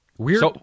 Weird